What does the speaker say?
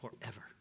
Forever